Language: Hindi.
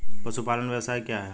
पशुपालन व्यवसाय क्या है?